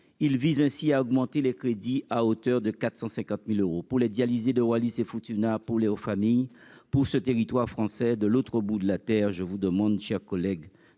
il vise aussi à augmenter les crédits à hauteur de 450000 euros pour les dialysés de Wallis et Futuna, poulet aux familles pour ce territoire français de l'autre bout de la terre, je vous demande chers collègues